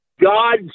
God